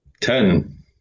Ten